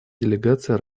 делегация